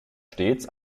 stets